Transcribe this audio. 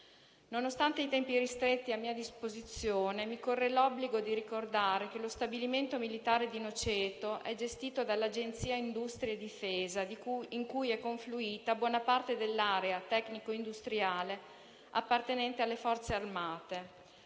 Nonostante i tempi ristretti a mia disposizione mi corre l'obbligo di ricordare che lo stabilimento militare di Noceto è gestito dall'Agenzia industrie difesa (AID), in cui è confluita buona parte dell'area tecnico-industriale appartenente alle Forze armate